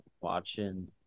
watching